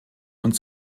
und